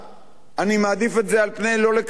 אני מעדיף את זה על פני לא לקדם כלום,